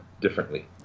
differently